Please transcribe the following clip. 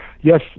Yes